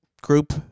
group